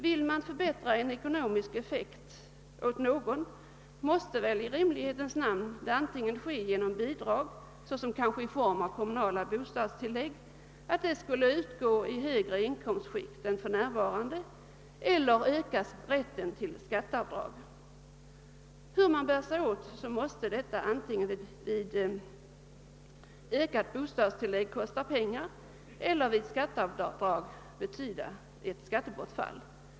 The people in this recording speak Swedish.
Vill man skapa en gynnsammare ekonomisk effekt för någon, måste väl denna i rimlighetens namn åstadkommas antingen genom att bidrag — kanske i form av kommunala bostadstillägg — skall utgå i högre inkomstskikt än för närvarande eller genom att rätten till skatteavdrag ökas. Hur man än bär sig åt måste alltså detta antingen i ökade bostadstillägg kosta pengar eller vid skatteavdrag betyda ett skattebortfall.